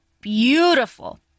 beautiful